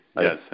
yes